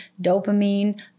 dopamine